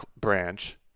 branch